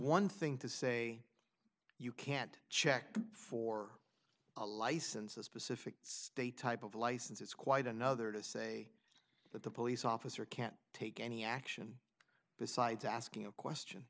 one thing to say you can't check for a license a specific state type of license it's quite another to say that the police officer can't take any action besides asking a question